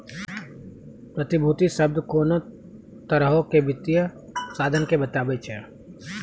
प्रतिभूति शब्द कोनो तरहो के वित्तीय साधन के बताबै छै